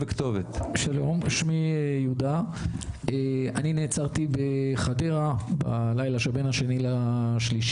שלום, אני נעצרתי בחדרה בלילה שבין ה-2 ל-3.